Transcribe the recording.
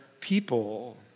people